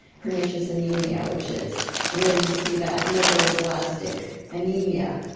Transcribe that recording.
pernicious anaemia, which is where you see that megaloblastic anaemia.